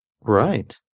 Right